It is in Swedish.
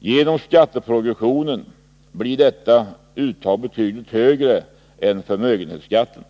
Genom skatteprogressionen blir detta uttag betydligt högre än förmögenhetsskatten.